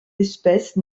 espèces